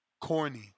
corny